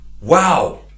Wow